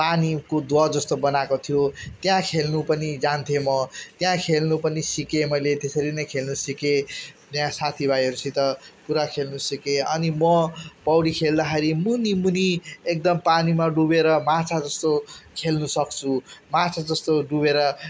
पानीको दह जस्तो बनाएको थियो त्यहाँ खेल्नु पनि जान्थेँ म त्यहाँ खेल्नु पनि सिकेँ त्यसरी नै खेल्नु सिकेँ त्यहाँ साथी भाइहरूसित पुरा खेल्नु सिकेँ अनि म पौडी खेल्दाखेरि म मुनि मुनि एकदम पानीमा डुबेर माछा जस्तो खेल्न सक्छु माछा जस्तो डुबेर